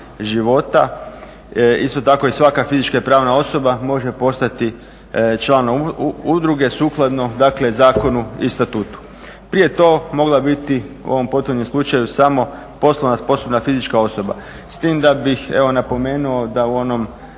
života. Isto tako i svaka fizička i pravna osoba može postati članom udruge sukladno dakle zakonu i statutu. Prije je to mogla biti, u ovom potanjem slučaju samo poslovno sposobna fizička osoba. S tim da bih evo napomenuo da u onom